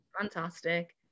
Fantastic